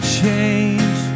change